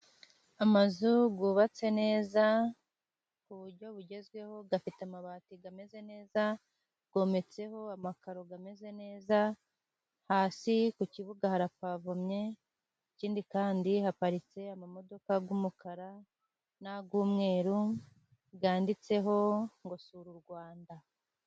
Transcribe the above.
Amazu yubatse neza ku buryo bugezweho afite amabati ameze neza, yometseho amakaro ameze neza, hasi ku kibuga harapavomye, ikindi kandi haparitse amamodoka y'umukara n'ay'umweru yanditseho ngo sura u Rwanda.